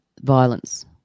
violence